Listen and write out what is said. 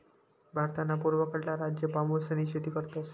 भारतना पूर्वकडला राज्य बांबूसनी शेती करतस